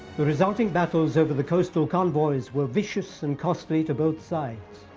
the resulting battles over the coastal convoys were vicious and costly to both sides.